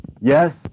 Yes